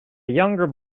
younger